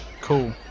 Cool